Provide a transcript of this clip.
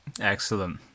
Excellent